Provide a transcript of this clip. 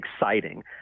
exciting